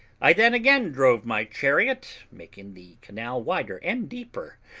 i then again drove my chariot, making the canal wider and deeper,